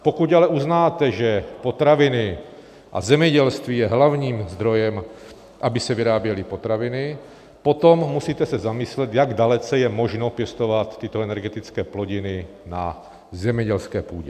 Pokud ale uznáte, že potraviny a zemědělství je hlavním zdrojem, aby se vyráběly potraviny, potom se musíte zamyslet, jak dalece je možno pěstovat tyto energetické plodiny na zemědělské půdě.